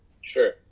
Sure